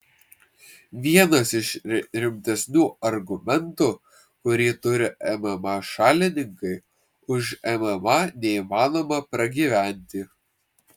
vienas iš rimtesnių argumentų kurį turi mma šalininkai už mma neįmanoma pragyventi